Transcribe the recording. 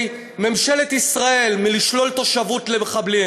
ממשלת ישראל מלשלול תושבות למחבלים.